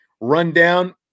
rundown